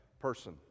person